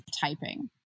typing